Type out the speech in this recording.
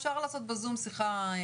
בזום.